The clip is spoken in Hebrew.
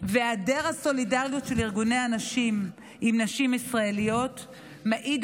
והיעדר הסולידריות של ארגוני הנשים עם נשים ישראליות מעידים